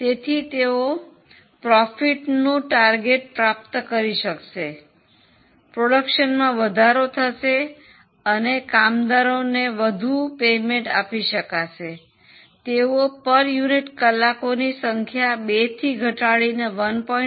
તેથી તેઓ નફોનો લક્ષ્ય પ્રાપ્ત કરી શકશે ઉત્પાદનમાં વધારો થશે અને કામદારોને વધુ વેતન આપી શકશે તેઓ એકમ દીઠ કલાકોની સંખ્યા 2 થી ઘટાડીને 1